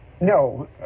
No